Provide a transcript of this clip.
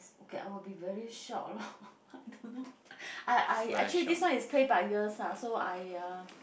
okay I will be very shocked lor I don't know I I actually this one is play by ears ah so I uh